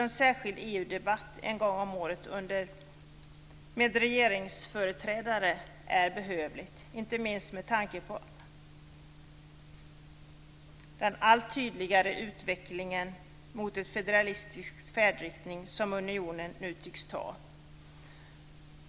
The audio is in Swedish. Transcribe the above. En särskild EU-debatt en gång om året med regeringsföreträdare är behövlig, inte minst med tanke på den allt tydligare utvecklingen mot en federalistisk färdriktning som unionen nu tycks ta.